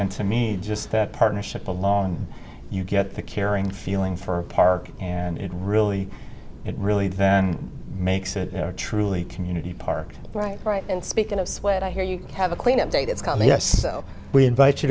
and to me just that partnership alone you get the caring feeling for park and it really it really then makes it a truly community park right right and speaking of sweat i hear you have a cleanup date it's called yes we invite you